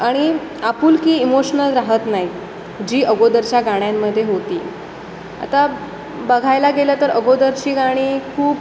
आणि आपुलकी इमोशनल राहत नाही जी अगोदरच्या गाण्यांमध्ये होती आता बघायला गेलं तर अगोदरची गाणी खूप